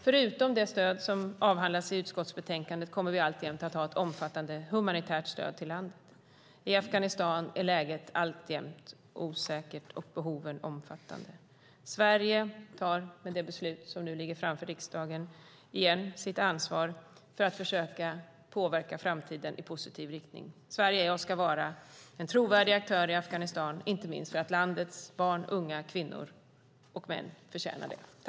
Förutom det stöd som avhandlas i utskottsbetänkandet kommer vi alltjämt att ha ett omfattande humanitärt stöd till landet. I Afghanistan är läget alltjämt osäkert och behoven omfattande. Sverige tar med det beslut som nu ligger framför riksdagen återigen sitt ansvar för att försöka påverka framtiden i positiv riktning. Sverige är och ska vara en trovärdig aktör i Afghanistan, inte minst för att landets barn, unga, kvinnor och män förtjänar det.